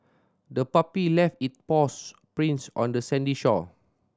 the puppy left it paws prints on the sandy shore